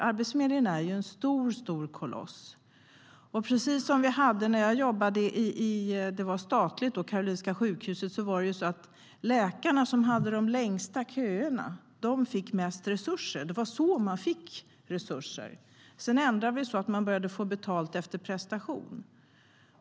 Arbetsförmedlingen är en stor koloss. När jag jobbade på Karolinska sjukhuset, som då var statligt, var det de läkare som hade de längsta köerna som fick mest resurser. Det var så man fick resurser. Sedan ändrade vi så att man började få betalt efter prestation.